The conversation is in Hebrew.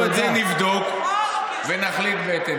אנחנו רוצים לבדוק ונחליט בהתאם.